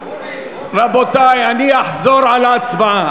רבותי, אני אחזור על ההצבעה.